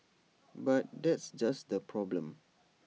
but that's just the problem